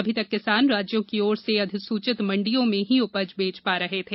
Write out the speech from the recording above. अभी तक किसान राज्यों की ओर से अधिसूचित मंडियों में ही उपज बेच पा रहे थे